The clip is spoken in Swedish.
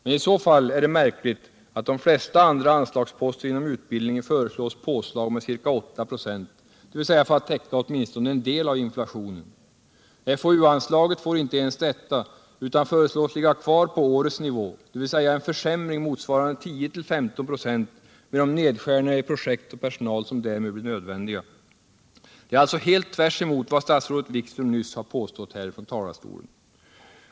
Men i så fall är det märkligt att de flesta andra anslagsposter inom utbildningen föreslås få påslag med ca 8 96, dvs. för att täcka åtminstone en del av inflationen. FoU-anslaget får inte ens detta utan föreslås ligga kvar på årets nivå, dvs. en försämring motsvarande 10-15 926 med de nedskärningar i projekt och personal som därmed blir nödvändiga. Det är alltså tvärtemot vad statsrådet Wikström nyss har påstått från talarstolen.